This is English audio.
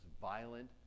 violent